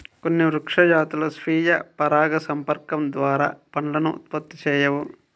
కొన్ని వృక్ష జాతులు స్వీయ పరాగసంపర్కం ద్వారా పండ్లను ఉత్పత్తి చేయవు